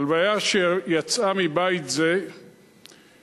הלוויה שיצאה מבית זה ממש.